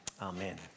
amen